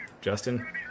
Justin